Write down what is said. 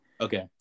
okay